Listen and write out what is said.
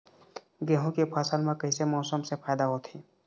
गेहूं के फसल म कइसे मौसम से फायदा होथे?